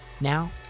Now